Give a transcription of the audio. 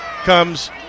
comes